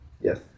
Yes